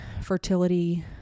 fertility